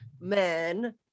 men